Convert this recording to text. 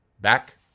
Back